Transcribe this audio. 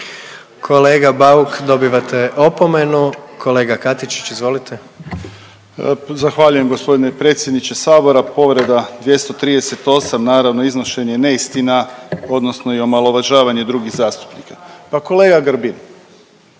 Kolega Bauk dobivate opomenu. Kolega Katičić izvolite. **Katičić, Krunoslav (HDZ)** Zahvaljujem gospodine predsjedniče sabora. Povreda 238. naravno iznošenje neistina odnosno i omalovažavanje drugih zastupnika. Pa kolega Grbin